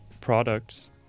products